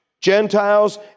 Gentiles